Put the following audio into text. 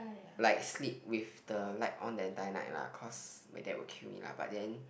like sleep with the light on the entire night lah cause my dad will kill me lah but then